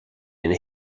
ina